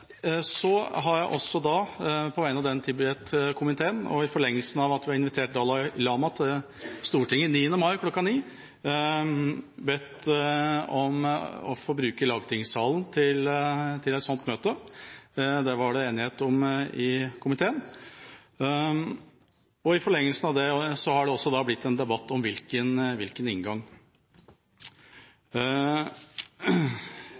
Så har jeg også på vegne av denne Tibet-komiteen, og i forlengelsen av at vi har invitert Dalai Lama til Stortinget 9. mai kl. 9, bedt om å få bruke lagtingssalen til et sånt møte. Det var det enighet om i komiteen. I forlengelsen av det har det også blitt en debatt om hvilken inngang